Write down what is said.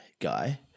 guy